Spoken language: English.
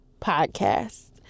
podcast